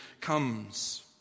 comes